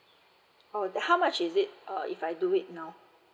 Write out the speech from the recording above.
uh how much is it uh if I do it now